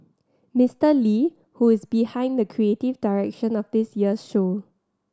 Mister Lee who is behind the creative direction of this year's show